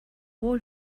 wohl